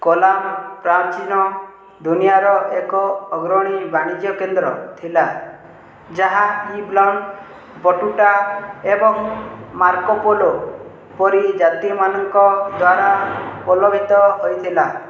କୋଲାମ୍ ପ୍ରାଚୀନ ଦୁନିଆର ଏକ ଅଗ୍ରଣୀ ବାଣିଜ୍ୟ କେନ୍ଦ୍ର ଥିଲା ଯାହା ଇବଲନ ବଟୁଟା ଏବଂ ମାର୍କୋ ପୋଲୋ ପରି ଯାତ୍ରୀମାନଙ୍କ ଦ୍ୱାରା ପ୍ରଲୋଭିତ ହୋଇଥିଲା